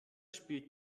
spielt